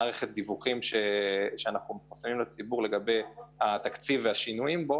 מערכת דיווחים שאנחנו מוסרים לציבור לגבי התקציב והשינויים בו.